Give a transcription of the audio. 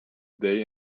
day